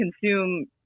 consume